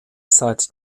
seit